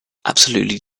absolutely